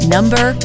Number